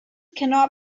cannot